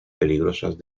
peligrosas